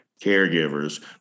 caregivers